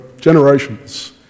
generations